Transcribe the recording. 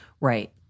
Right